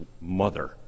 mother